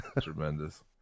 Tremendous